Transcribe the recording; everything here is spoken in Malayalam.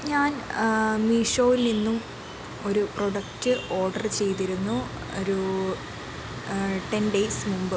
ഞാൻ മീഷോയിൽ നിന്നും ഒരു പ്രൊഡക്റ്റ് ഓർഡർ ചെയ്തിരുന്നു ഒരു ടെൻ ഡേയ്സ് മുമ്പ്